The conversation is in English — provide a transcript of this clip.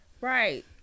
Right